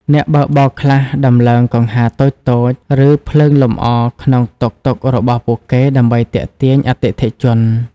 អ្នកបើកបរខ្លះដំឡើងកង្ហារតូចៗ ឬភ្លើងលម្អក្នុងតុកតុករបស់ពួកគេដើម្បីទាក់ទាញអតិថិជន។